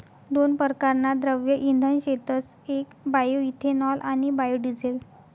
दोन परकारना द्रव्य इंधन शेतस येक बायोइथेनॉल आणि बायोडिझेल